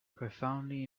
profoundly